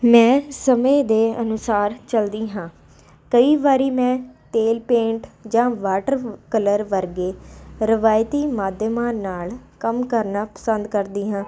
ਮੈਂ ਸਮੇਂ ਦੇ ਅਨੁਸਾਰ ਚਲਦੀ ਹਾਂ ਕਈ ਵਾਰੀ ਮੈਂ ਤੇਲ ਪੇਂਟ ਜਾਂ ਵਾਟਰ ਕਲਰ ਵਰਗੇ ਰਵਾਇਤੀ ਮਾਧਿਅਮ ਨਾਲ ਕੰਮ ਕਰਨਾ ਪਸੰਦ ਕਰਦੀ ਹਾਂ